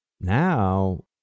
now